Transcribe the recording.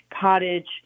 cottage